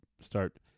start